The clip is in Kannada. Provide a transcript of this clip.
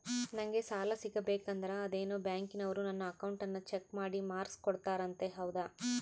ನಂಗೆ ಸಾಲ ಸಿಗಬೇಕಂದರ ಅದೇನೋ ಬ್ಯಾಂಕನವರು ನನ್ನ ಅಕೌಂಟನ್ನ ಚೆಕ್ ಮಾಡಿ ಮಾರ್ಕ್ಸ್ ಕೊಡ್ತಾರಂತೆ ಹೌದಾ?